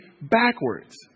backwards